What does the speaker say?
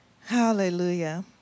Hallelujah